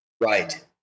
Right